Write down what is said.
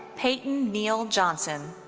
payton neal jonson.